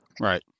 Right